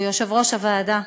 שהוא יושב-ראש הוועדה,